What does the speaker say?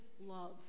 love